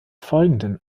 folgenden